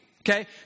Okay